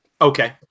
okay